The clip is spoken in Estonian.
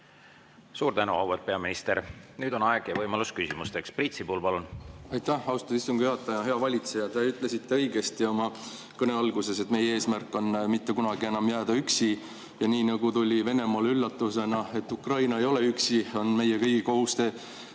Suur tänu, auväärt peaminister! Nüüd on aeg ja võimalus küsimusteks. Priit Sibul, palun! Aitäh, austatud istungi juhataja! Hea valitseja! Te ütlesite õigesti oma kõne alguses, et meie eesmärk on mitte kunagi enam jääda üksi, ja nii nagu tuli Venemaale üllatusena, et Ukraina ei ole üksi, on meie kõigi kohus